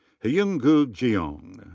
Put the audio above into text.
hyungu jeong.